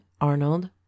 Arnold